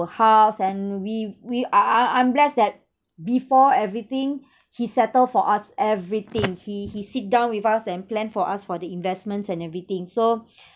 house and we we uh I'm I'm blessed that before everything he settled for us everything he he sit down with us and plan for us for the investments and everything so